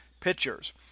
pitchers